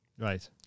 Right